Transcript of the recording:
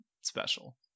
special